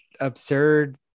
absurd